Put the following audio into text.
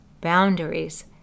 boundaries